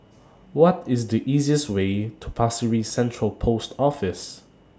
What IS The easiest Way to Pasir Ris Central Post Office